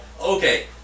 Okay